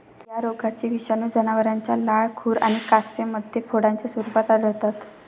या रोगाचे विषाणू जनावरांच्या लाळ, खुर आणि कासेमध्ये फोडांच्या स्वरूपात आढळतात